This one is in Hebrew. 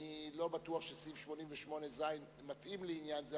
אני לא בטוח שסעיף 88(ז) מתאים לעניין זה.